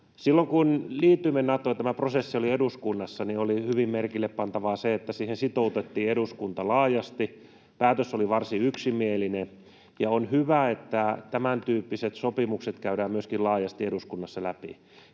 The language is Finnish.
Silloin kun liityimme Natoon ja tämä prosessi oli eduskunnassa, oli hyvin merkille pantavaa se, että siihen sitoutettiin eduskunta laajasti. Päätös oli varsin yksimielinen, ja on hyvä, että tämäntyyppiset sopimukset käydään myöskin laajasti eduskunnassa läpi.